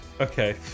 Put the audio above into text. Okay